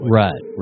right